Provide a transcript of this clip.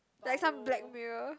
like some blackmail